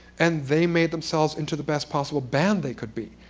and they made themselves into the best possible band they could be.